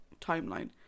timeline